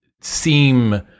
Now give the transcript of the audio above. seem